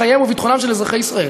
חייהם וביטחונם של אזרחי ישראל,